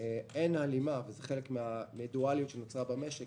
אין הלימה וזה חלק מן הדואליות שנוצרה במשק